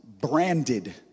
branded